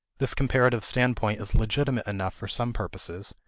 this comparative standpoint is legitimate enough for some purposes,